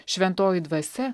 šventoji dvasia